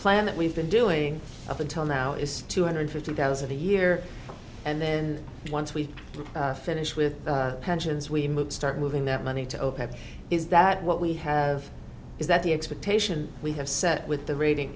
that we've been doing up until now is two hundred fifty thousand a year and then once we finish with pensions we move start moving that money to open is that what we have is that the expectation we have set with the rating